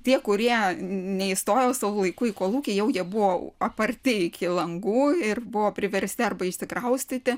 tie kurie neįstojo savu laiku į kolūkį jau jie buvo aparti iki langų ir buvo priversti arba išsikraustyti